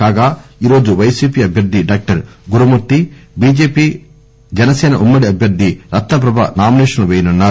కాగా ఈరోజు పైసీపీ అభ్యర్థి డాక్టర్ గురుమూర్తి చీజేపీ జనసీన ఉమ్మడి అభ్యర్ది రత్న ప్రభ నామినేషన్లు పేయనున్నారు